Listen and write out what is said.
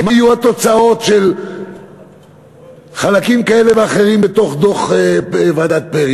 מה יהיו התוצאות של חלקים כאלה ואחרים בדוח ועדת פרי.